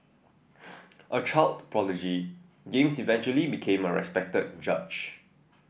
a child prodigy James eventually became a respected judge